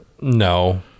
No